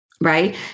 Right